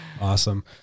Awesome